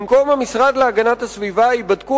במקום המשרד להגנת הסביבה ייבדקו